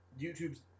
YouTube's